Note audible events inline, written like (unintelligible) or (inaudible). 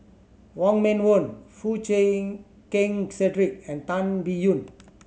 Wong Meng Voon Foo Chee (unintelligible) Keng Cedric and Tan Biyun